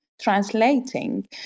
translating